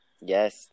Yes